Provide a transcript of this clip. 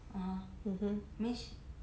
mmhmm